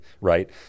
right